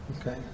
Okay